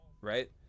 right